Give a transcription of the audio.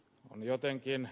on jotenkin